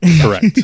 Correct